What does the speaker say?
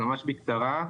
ממש בקצרה,